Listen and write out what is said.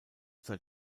zeit